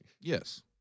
Yes